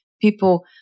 people